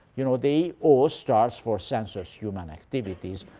you know, they all starts for sensuous human activities,